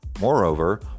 Moreover